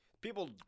people